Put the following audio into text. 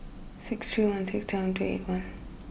six three one six seven two eight one